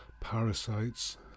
parasites